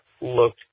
looked